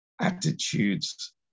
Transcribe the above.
attitudes